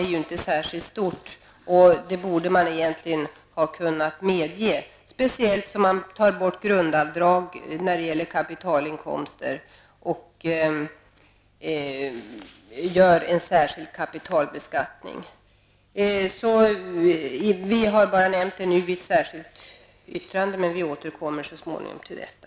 är ju inte särskilt mycket, och det borde ha kunnat medges, speciellt som grundavdraget när det gäller kapitalinkomster tas bort och en särskild kapitalbeskattning införs. Vi har därför tagit upp detta i ett särskilt yttrande, men vi återkommer så småningom till detta.